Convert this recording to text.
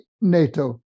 NATO